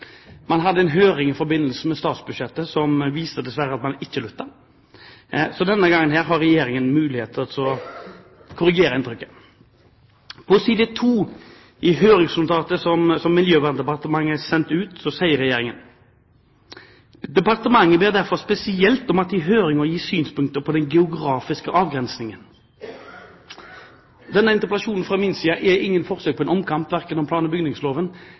Man hadde en høring i forbindelse med statsbudsjettet som dessverre viser at man ikke lytter. Denne gangen har Regjeringen en mulighet til å korrigere inntrykket. På side 2 i høringsnotatet som Miljøverndepartementet har sendt ut, sier Regjeringen: «Miljøverndepartementet ber derfor spesielt om at det i høringen gis synspunkter på denne geografiske avgrensningen.» Denne interpellasjonen er fra min side ikke noe forsøk på omkamp, verken om plan- og bygningsloven